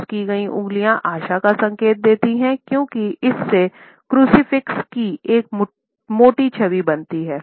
cross की गई उंगलियां आशा का संकेत देती हैं क्योंकि इससे क्रूसीफिक्स की एक मोटी छवि बनाती हैं